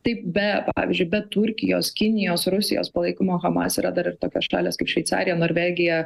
taip be pavyzdžiui be turkijos kinijos rusijos palaikymo hamas yra dar ir tokios šalys kaip šveicarija norvegija